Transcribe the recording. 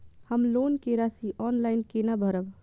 हम लोन के राशि ऑनलाइन केना भरब?